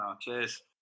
Cheers